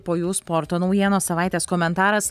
po jų sporto naujienos savaitės komentaras